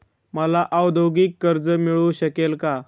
मला औद्योगिक कर्ज मिळू शकेल का?